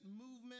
movement